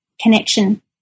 connection